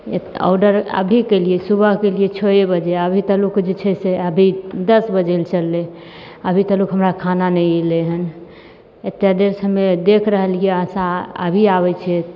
order अभी केलियै सुबह केलियै छओ बजे अभी तक लए जे छै से अभी दस बजै लए चललै अभी तक लए हमरा खाना नहि अयलै हन एते देर से हमे देख रहलियै आशा अभी आबै छै